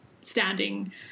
standing